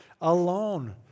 alone